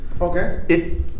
Okay